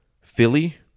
Philly